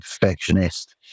perfectionist